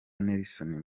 nelson